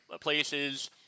places